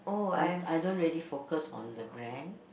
I'm I don't really focus on the brand